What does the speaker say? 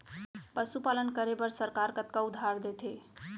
पशुपालन करे बर सरकार कतना उधार देथे?